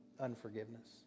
unforgiveness